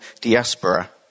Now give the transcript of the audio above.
diaspora